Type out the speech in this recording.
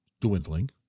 dwindling